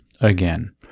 again